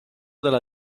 della